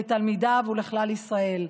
לתלמידיו ולכלל ישראל.